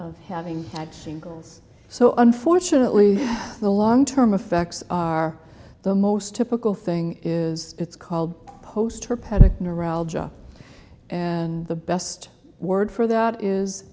of having had shingles so unfortunately the long term effects are the most typical thing is it's called post or panic neuralgia and the best word for that is